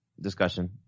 discussion